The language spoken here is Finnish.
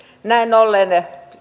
näin ollen